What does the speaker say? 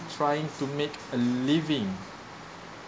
trying to make a living